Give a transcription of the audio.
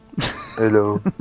Hello